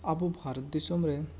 ᱟᱵᱚ ᱵᱷᱟᱨᱚᱛ ᱫᱤᱥᱚᱢ ᱨᱮ